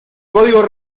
código